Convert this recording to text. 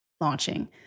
launching